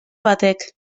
batek